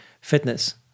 fitness